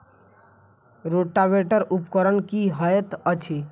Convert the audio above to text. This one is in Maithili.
रोटावेटर उपकरण की हएत अछि?